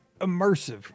immersive